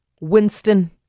Winston